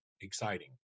exciting